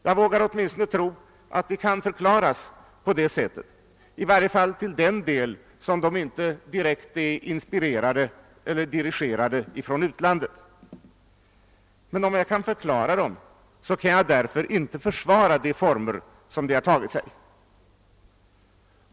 Jag vågar åtminstone tro att de kan förklaras på det sättet, i varje fall till den del som de inte är direkt inspirerade av eller dirigerade från ut landet. Men om jag kan förklara dem, så kan jag därför inte försvara de former som de har tagit sig.